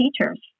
teachers